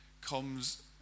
comes